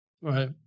Right